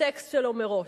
הטקסט שלו מראש.